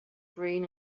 green